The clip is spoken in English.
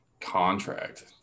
contract